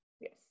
yes